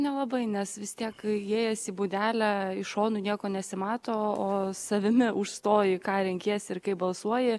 nelabai nes vis tiek įėjęs į būdelę iš šonų nieko nesimato o savimi užstoji ką renkiesi ir kaip balsuoji